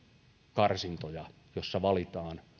karsintoja joissa valitaan